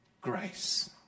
grace